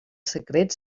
secrets